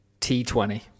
T20